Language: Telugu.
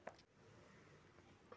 ఒక భూమి లో ఎన్ని రకాల పంటలు వేయచ్చు?